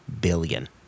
billion